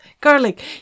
garlic